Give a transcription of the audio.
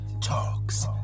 Talks